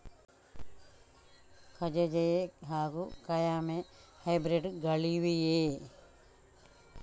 ಕಜೆ ಜಯ ಹಾಗೂ ಕಾಯಮೆ ಹೈಬ್ರಿಡ್ ಗಳಿವೆಯೇ?